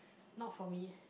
not for me